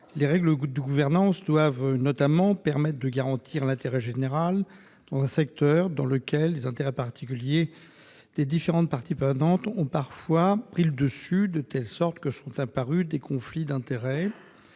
Les règles de gouvernance doivent notamment permettre de garantir l'intérêt général dans un secteur où les intérêts particuliers des différentes parties prenantes ont parfois pris le dessus, de telle sorte que sont apparues des situations de conflit d'intérêts.